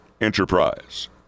enterprise